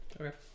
okay